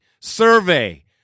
survey